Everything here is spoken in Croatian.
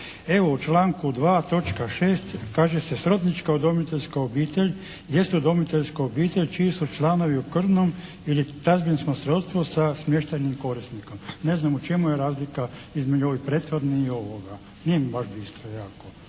Evo, u članku 2. točka 6. kaže se: "Srodnička udomiteljska obitelj jest udomiteljska obitelj čiji su članovi u krvnom ili tazbinskom srodstvu sa smještajnim korisnikom.". Ne znam u čemu je razlika između ove prethodne i ovoga, nije mi baš bistro jako,